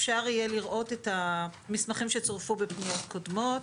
אפשר יהיה לראות את המסמכים שצורפו בפניות קודמות,